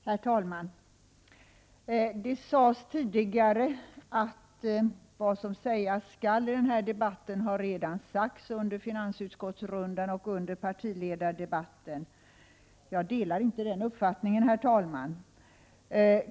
Herr talman! Det har tidigare sagts att vad som sägas skall i den här debatten, det har redan sagts under finansutskottsrundan och under partiledardebatten. Jag delar inte den uppfattningen.